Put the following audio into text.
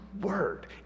word